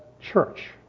church